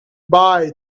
bye